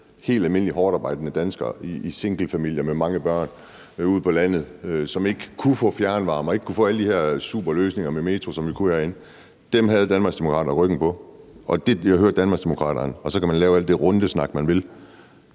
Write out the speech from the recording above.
helt almindelige hårdtarbejdende danskere i singlefamilier med mange børn ude på landet, som ikke kunne få fjernvarme og ikke kunne få alle de her super løsninger og metro, som vi kunne herinde. Deres ryg havde Danmarksdemokraterne. Det, jeg hører Danmarksdemokraterne sige nu, og så kan man lave al den rundesnak, man vil,